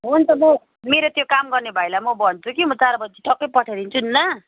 हुन्छ म मेरो त्यो काम गर्ने भाइलाई म भन्छु कि म चार बजी टक्कै पठाइदिन्छु नि ल